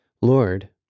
lord